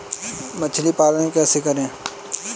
मछली पालन कैसे करें?